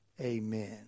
Amen